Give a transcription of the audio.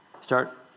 start